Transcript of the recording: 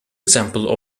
example